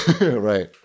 Right